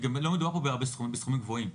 לא מדובר פה בסכומים גבוהים,